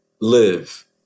live